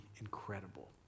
incredible